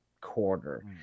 quarter